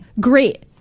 great